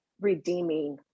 redeeming